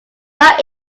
not